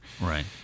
right